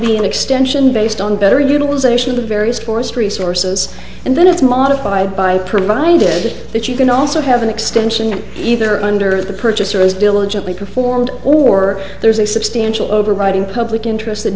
be an extension based on better utilization of the various forestry sources and then it's modified by provided that you can also have an extension either under the purchase or as diligently performed or there is a substantial overriding public interest that